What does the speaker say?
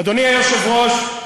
אדוני היושב-ראש,